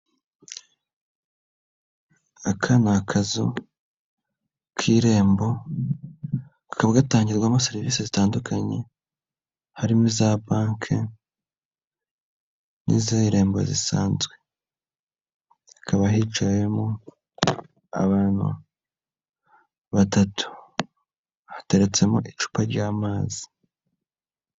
Aka ni akazu k' irembo, kakaba gatangirwamo serivisi zitandukanye, harimo iza banki n'iz'irembo zisanzwe. Hakaba hicayemo abantu batatu, hateretsemo icupa ry'amazi.